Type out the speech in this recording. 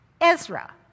Ezra